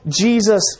Jesus